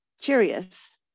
curious